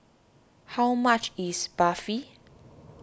how much is Barfi